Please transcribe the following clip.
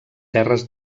terres